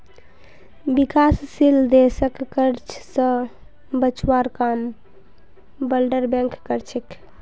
विकासशील देशक कर्ज स बचवार काम वर्ल्ड बैंक कर छेक